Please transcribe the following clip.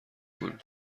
کنیم